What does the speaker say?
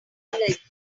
like